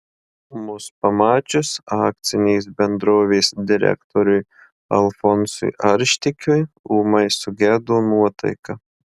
mus pamačius akcinės bendrovės direktoriui alfonsui arštikiui ūmai sugedo nuotaika